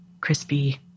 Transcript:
crispy